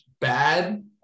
bad